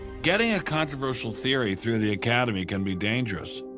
getting a controversial theory through the academy can be dangerous.